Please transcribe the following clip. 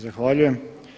Zahvaljujem.